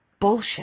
bullshit